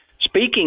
Speaking